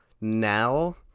now